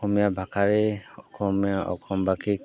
অসমীয়া ভাষাৰে অসমীয়া অসম বাসীক